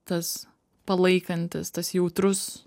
tas palaikantis tas jautrus